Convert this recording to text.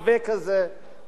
בסופו של דבר